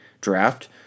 draft